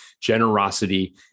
generosity